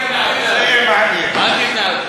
עיסאווי, אל תדאג.